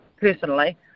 personally